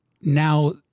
now